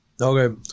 Okay